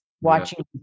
watching